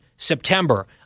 September